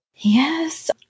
Yes